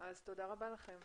תודה רבה לכם.